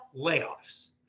layoffs